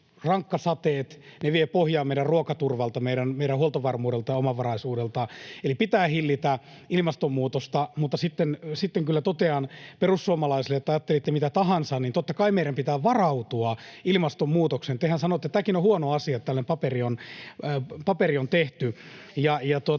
rankkasateet vievät pohjaa meidän ruokaturvalta, meidän huoltovarmuudelta, omavaraisuudelta, eli pitää hillitä ilmastonmuutosta. Mutta sitten kyllä totean perussuomalaisille, että ajattelitte mitä tahansa, niin totta kai meidän pitää varautua ilmastonmuutokseen. Tehän sanoitte, että on huono asia, että tällainen paperi on tehty.